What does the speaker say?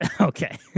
Okay